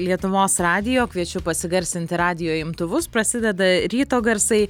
lietuvos radijo kviečiu pasigarsinti radijo imtuvus prasideda ryto garsai